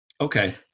Okay